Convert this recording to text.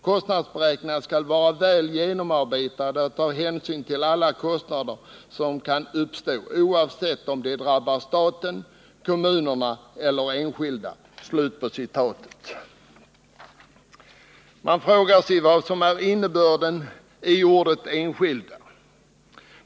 Kostnadsberäkningar skall vara väl genomarbetade och ta hänsyn till alla kostnader som kan uppstå, oavsett om de drabbar staten, kommunerna eller enskilda.” Man frågar sig vad som är innebörden i ordet ”enskilda”.